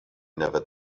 never